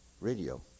radio